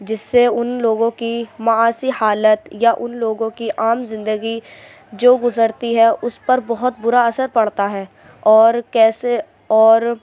جس سے ان لوگوں کی معاشی حالت یا ان ان لوگوں کی عام زندگی جو گزرتی ہے اس پر بہت برا اثر پڑتا ہے اور کیسے اور